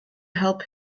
help